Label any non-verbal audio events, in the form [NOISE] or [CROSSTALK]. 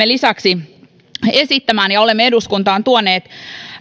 [UNINTELLIGIBLE] lisäksi esittämään ja olemme eduskuntaan tuoneet